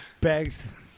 bags